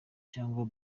cyangwa